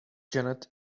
janet